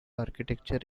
architecture